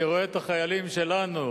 ואני רואה את החיילים שלנו,